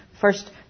first